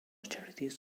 charities